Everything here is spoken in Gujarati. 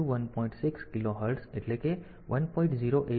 6 કિલો હર્ટ્ઝ એટલે કે 1